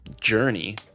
journey